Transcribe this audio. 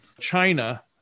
china